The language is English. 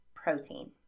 protein